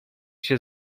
się